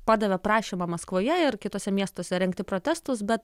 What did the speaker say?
padavė prašymą maskvoje ir kituose miestuose rengti protestus bet